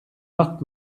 not